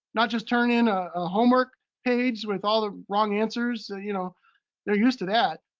not just turn in a homework page with all the wrong answers? you know they're used to that.